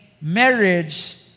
marriage